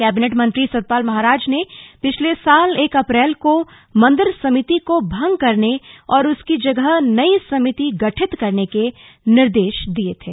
cabinet मंत्री सतपाल महाराज ने पिछले साल एक अप्रैल को मंदिर समिति को भंग करने और उसकी जगह नयी समिति गठित करने के निर्देश दिये थे